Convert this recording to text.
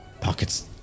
Pockets